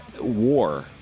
war